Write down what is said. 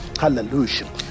hallelujah